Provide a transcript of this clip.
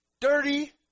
dirty